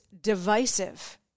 divisive